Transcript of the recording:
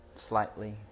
slightly